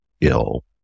ill